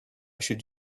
should